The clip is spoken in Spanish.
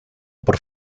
por